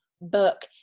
book